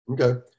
Okay